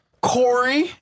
Corey